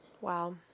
Wow